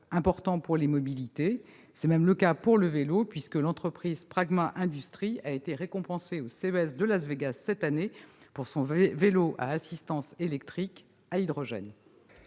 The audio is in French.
important pour les mobilités. C'est même le cas pour le vélo puisque l'entreprise Pragma Industries a été récompensée au Consumer Electronic Show de Las Vegas cette année pour son vélo à assistance électrique à hydrogène.